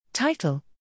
Title